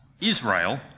Israel